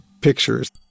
pictures